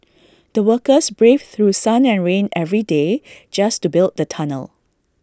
the workers braved through sun and rain every day just to build the tunnel